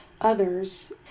others